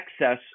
excess